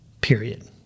period